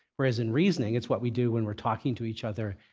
whereas in reasoning, it's what we do when we're talking to each other.